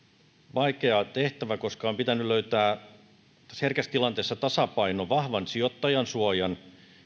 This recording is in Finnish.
vaikea tehtävä koska on pitänyt löytää tässä herkässä tilanteessa tasapaino vahvan sijoittajansuojan